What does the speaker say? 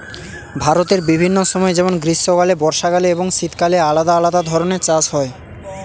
ভারতের বিভিন্ন সময় যেমন গ্রীষ্মকালে, বর্ষাকালে এবং শীতকালে আলাদা আলাদা ধরনের চাষ হয়